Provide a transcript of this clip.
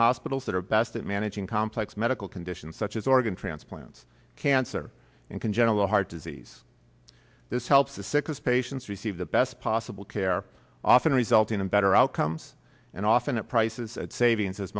hospitals that are best at managing complex medical conditions such as organ transplants cancer and congenital heart disease this helps the sickest patients receive the best possible care often resulting in better outcomes and often at prices that savings as